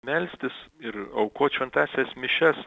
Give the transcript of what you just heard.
melstis ir aukot šventąsias mišias